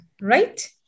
Right